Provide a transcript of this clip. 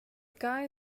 guy